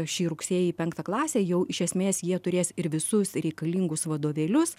šį rugsėjį į penktą klasę jau iš esmės jie turės ir visus reikalingus vadovėlius